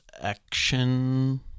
action